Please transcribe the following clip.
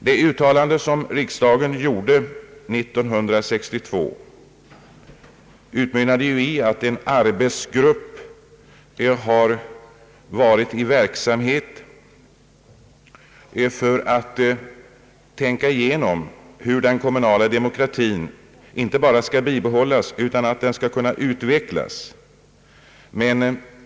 Det uttalande som riksdagen gjorde 1962 utmynnade ju i att en arbetsgrupp satts i verksamhet för att tänka igenom hur den kommunala demokratin inte bara skall bibehållas utan även utvecklas.